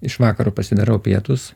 iš vakaro pasidarau pietus